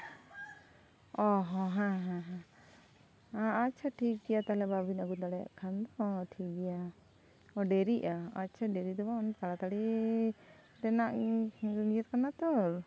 ᱚ ᱦᱮᱸ ᱦᱮᱸ ᱦᱮᱸ ᱟᱪᱪᱷᱟ ᱴᱷᱤᱠᱜᱮᱭᱟ ᱛᱟᱦᱞᱮ ᱵᱟᱵᱤᱱ ᱟᱹᱜᱩ ᱫᱟᱲᱮᱭᱟᱜ ᱠᱷᱟᱱ ᱫᱚ ᱴᱷᱤᱠ ᱜᱮᱭᱟ ᱚ ᱰᱮᱨᱤᱜᱼᱟ ᱟᱪᱪᱷᱟ ᱰᱮᱨᱤ ᱫᱚ ᱵᱟᱝ ᱛᱟᱲᱟᱛᱟᱹᱲᱤ ᱨᱮᱱᱟᱜ ᱤᱭᱟᱹ ᱠᱟᱱᱟ ᱛᱚ